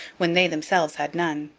when they themselves had none.